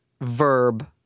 verb